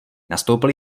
nastoupili